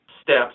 steps